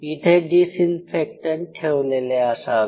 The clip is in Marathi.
इथे डिसइन्फेक्टन्ट ठेवलेले असावे